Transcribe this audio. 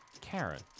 Karen